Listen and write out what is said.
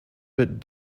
bit